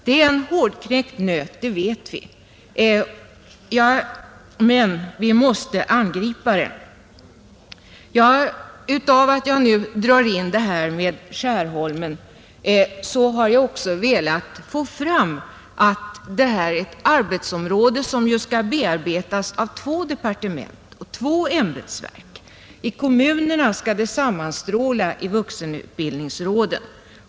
Det är en svårknäckt nöt, det vet vi, men vi måste gripa oss an med att försöka knäcka den. När jag här har dragit in Skärholmen, har jag också velat framhålla att här finns ett arbetsområde som skall bearbetas av två departement, två ämbetsverk, och i kommunerna skall verksamheten sammanstråla i vuxenutbildningsråden.